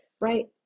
right